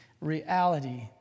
reality